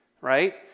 right